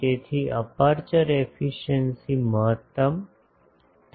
તેથી aperture efficiency મહત્તમ થઈ શકે છે